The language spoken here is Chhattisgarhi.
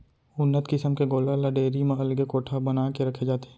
उन्नत किसम के गोल्लर ल डेयरी म अलगे कोठा बना के रखे जाथे